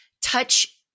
touch